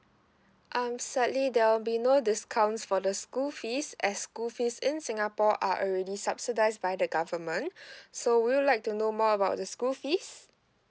um sadly there'll be no discounts for the school fees as school fees in singapore are already subsidized by the government so would you like to know more about the school fees